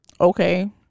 okay